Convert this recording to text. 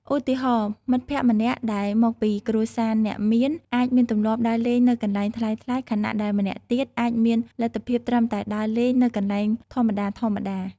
ឧទាហរណ៍ មិត្តភក្តិម្នាក់ដែលមកពីគ្រួសារអ្នកមានអាចមានទម្លាប់ដើរលេងនៅកន្លែងថ្លៃៗ ខណៈដែលម្នាក់ទៀតអាចមានលទ្ធភាពត្រឹមតែដើរលេងនៅកន្លែងធម្មតាៗ។